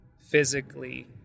physically